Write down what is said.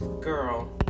girl